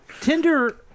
Tinder